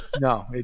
No